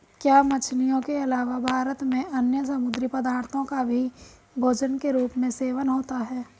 क्या मछलियों के अलावा भारत में अन्य समुद्री पदार्थों का भी भोजन के रूप में सेवन होता है?